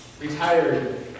retired